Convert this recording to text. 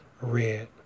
red